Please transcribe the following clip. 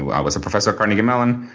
i was a professor at carnegie mellon,